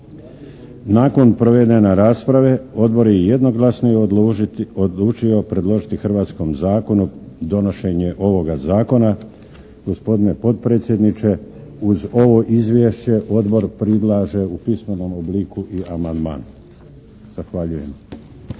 Nakon provedene rasprave Odbor je jednoglasno odlučio predložiti hrvatskom zakonu donošenje ovoga Zakona. Gospodine potpredsjedniče, uz ovo Izvješće odbor prilaže u pismenom obliku i amandman. Zahvaljujem.